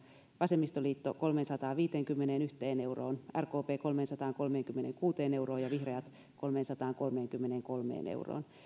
vasemmistoliitto kolmeensataanviiteenkymmeneenyhteen euroon rkp kolmeensataankolmeenkymmeneenkuuteen euroon ja vihreät kolmeensataankolmeenkymmeneenkolmeen euroon